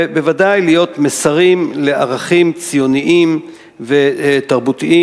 ובוודאי להיות מסרים לערכים ציוניים ותרבותיים.